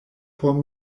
por